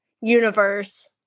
universe